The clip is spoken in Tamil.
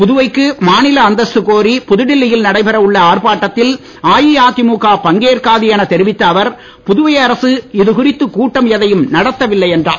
புதுவைக்கு மாநில அந்தஸ்து கோரி புதுடில்லி யில் நடைபெற உள்ள ஆர்ப்பாட்டத்தில் அஇஅதிமுக பங்கேற்காது எனத் தெரிவித்த அவர் புதுவை அரசு இதுகுறித்து கூட்டம் எதையும் நடத்தவில்லை என்றார்